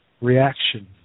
reaction